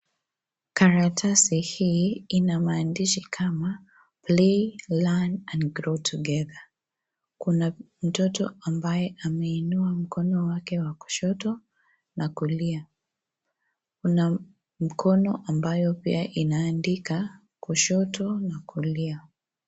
Karatasi hii ina maandishi kama play ,learn and grow together kuna mtoto ambaye ameinua mkono wake wa kushoto na kulia kuna mikono ambayo pia inaandika kushoro na kulia.